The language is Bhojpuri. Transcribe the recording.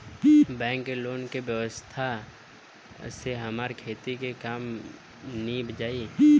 बैंक के लोन के व्यवस्था से हमार खेती के काम नीभ जाई